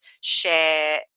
share